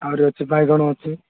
ଆହୁରି ଅଛି ବାଇଗଣ ଅଛି